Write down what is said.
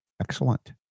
Excellent